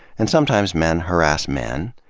and sometimes men harass men.